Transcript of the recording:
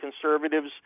conservatives